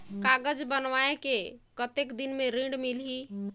कागज बनवाय के कतेक दिन मे ऋण मिलही?